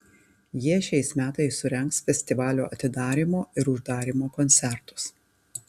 jie šiais metais surengs festivalio atidarymo ir uždarymo koncertus